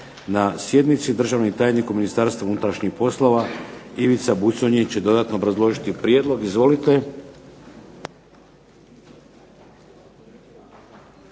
na sjednici. Državni tajnik u Ministarstvu unutrašnjih poslova Ivica Buconjić će dodatno obrazložiti prijedlog. Izvolite.